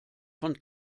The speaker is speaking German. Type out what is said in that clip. von